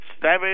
Seven